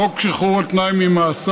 חוק שחרור על תנאי ממאסר,